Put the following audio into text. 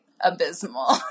abysmal